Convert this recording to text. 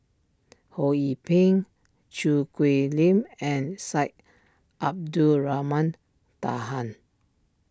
Ho Yee Ping Choo Hwee Lim and Syed Abdulrahman Taha